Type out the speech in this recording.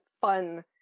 fun